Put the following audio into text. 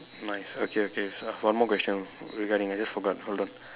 nice okay okay so I have one more question regrading I just forgot hold on